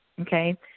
Okay